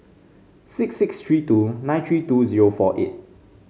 six six three two nine three two zero four eight